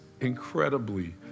incredibly